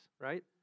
right